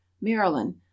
Maryland